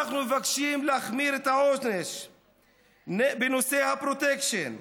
אנחנו מבקשים להחמיר את העונש בנושא הפרוטקשן,